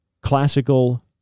classical